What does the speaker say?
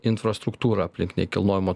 infrastruktūrą aplink nekilnojamo